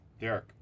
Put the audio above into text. Derek